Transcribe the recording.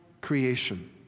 creation